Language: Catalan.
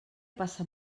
passat